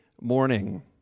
morning